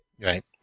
Right